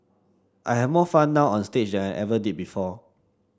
I have more fun now onstage and I ever did before